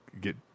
get